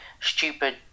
stupid